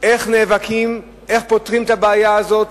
איך פותרים את הבעיה הזאת,